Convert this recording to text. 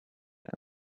when